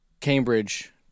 Cambridge